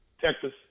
texas